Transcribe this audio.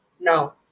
now